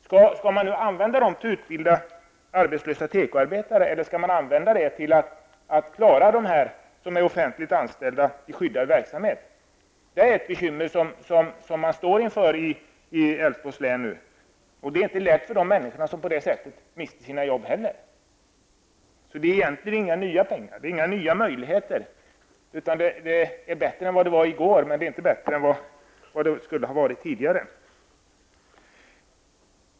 Skall man nu använda dem till att utbilda arbetslösa tekoarbetare eller skall man använda dem till att klara dem som är offentligt anställda i skyddad verksamhet? Människorna i Älvsborgs län står alltså inför sådana bekymmer. Det är ju inte heller lätt för de människor som på detta sätt mist sina jobb. Egentligen är det alltså inte fråga om några nya pengar, några nya möjligheter. I och för sig är det bättre än vad det var i går, men det är inte bättre än vad det skulle ha varit tidigare.